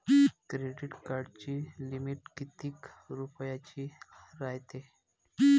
Credit कार्डाची limit कितीक रुपयाची रायते?